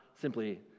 simply